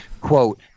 quote